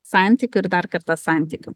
santykiu ir dar kartą santykiu